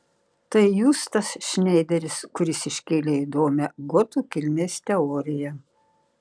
tai jūs tas šneideris kuris iškėlė įdomią gotų kilmės teoriją